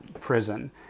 prison